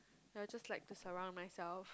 I'll just like to surround myself